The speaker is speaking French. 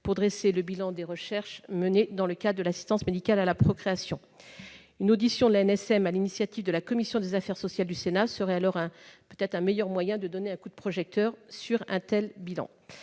pour dresser le bilan des recherches menées dans le cadre de l'assistance médicale à la procréation. Une audition de l'ANSM sur l'initiative de la commission des affaires sociales du Sénat serait probablement un meilleur moyen de mettre un coup de projecteur sur un tel bilan.